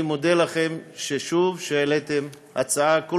אני מודה לכם שוב על כך שהעליתם הצעה כל